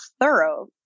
thorough